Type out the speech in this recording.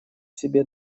себе